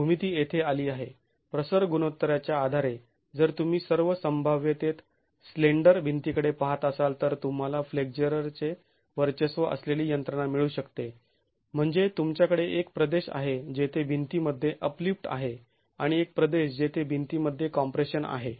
म्हणून भूमिती येथे आली आहे प्रसर गुणोत्तराच्या आधारे जर तुम्ही सर्व संभाव्यतेत स्लेंडर भिंतीकडे पाहत असाल तर तुम्हाला फ्लेक्झर चे वर्चस्व असलेली यंत्रणा मिळू शकते म्हणजे तुमच्याकडे एक प्रदेश आहे जेथे भिंतीमध्ये अपलिफ्ट आहे आणि एक प्रदेश जेथे भिंतीमध्ये कॉम्प्रेशन आहे